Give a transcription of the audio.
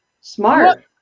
smart